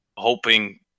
hoping